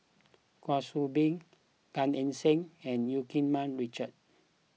Kwa Soon Bee Gan Eng Seng and Eu Keng Mun Richard